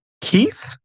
Keith